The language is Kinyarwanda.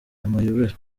amayobera